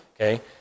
okay